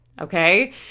Okay